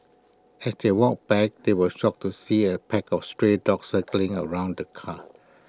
as they walked back they were shocked to see A pack of stray dogs circling around the car